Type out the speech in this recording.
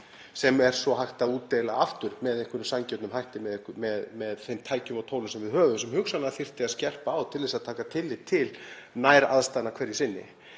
sem er svo hægt að útdeila aftur með einhverjum sanngjörnum hætti með þeim tækjum og tólum sem við höfum, sem hugsanlega þyrfti að skerpa á til þess að taka tillit til næraðstæðna hverju sinni.